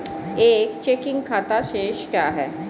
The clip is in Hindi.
एक चेकिंग खाता शेष क्या है?